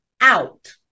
out